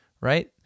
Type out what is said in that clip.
right